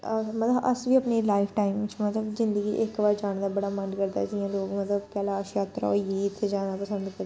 अस मतलब अस बी अपनी लाइफ टाइम च मतलब जिंदगी च इक बारी जाने दा बड़ा मन करदा जियां लोक मतलब कैलाश जात्तरा होई गेई इत्थै जाना पसंद करदे